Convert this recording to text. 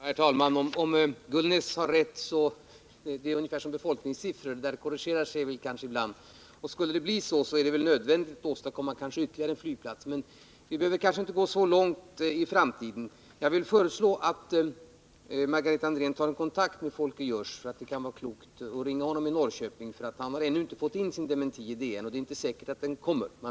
Herr talman! Det är väl på samma sätt som beträffande befolkningssiffror som korrigeras ibland, men skulle det bli som Ingvar Gullnäs sagt är det kanske nödvändigt att bygga ytterligare en flygplats. Emellertid behöver vi kanske inte tänka så långt in i framtiden. Jag föreslår att Margareta Andrén tar kontakt med Folke Görs i Norrköping. Det kan vara klokt, eftersom han ännu inte har fått in sin dementi i DN, och man vet ju inte om den kommer.